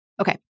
Okay